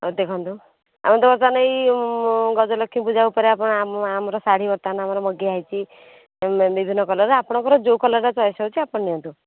ଆଉ ଦେଖନ୍ତୁ ଆମେ ତ ବର୍ତ୍ତମାନ ଏହି ଗଜଲକ୍ଷ୍ମୀ ପୂଜା ଉପରେ ଆପଣ ଆମ ଆମର ଶାଢ଼ୀ ବର୍ତ୍ତମାନ ଆମର ମଗାହୋଇଛି ବିଭିନ୍ନ କଲର୍ ଆପଣଙ୍କର ଯେଉଁ କଲର୍ ଚଏସ୍ ହେଉଛି ଆପଣ ନିଅନ୍ତୁ